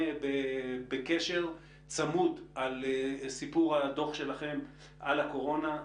בקשר צמוד על סיפור הדוח שלכם על הקורונה,